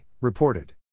reported